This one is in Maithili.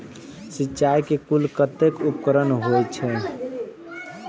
सिंचाई के कुल कतेक उपकरण होई छै?